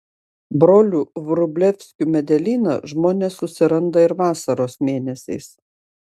brolių vrublevskių medelyną žmonės susiranda ir vasaros mėnesiais